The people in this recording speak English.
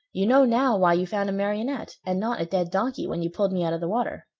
you know now why you found a marionette and not a dead donkey when you pulled me out of the water.